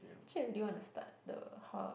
actually I really want to start the hall